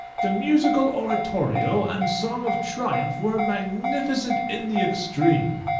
the musical oratorio and song of triumph were magnificent in the extreme.